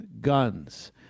guns